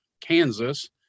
Kansas